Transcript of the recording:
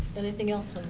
anything else on